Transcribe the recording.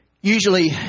usually